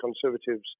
Conservatives